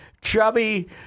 chubby